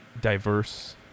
diverse